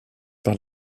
par